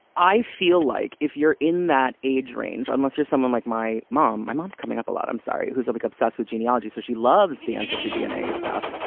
i feel like if you're in that age range, unless you're someone like my mom, my mom's coming up a lot. i'm sorry, who's like obsessed with genealogy. so she loves the ancestry dna stuff.